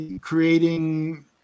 creating